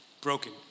broken